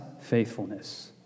faithfulness